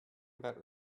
about